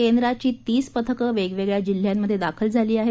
केंद्राची तीस पथकं वेगवेगळ्या जिल्ह्यात दाखल झाली आहेत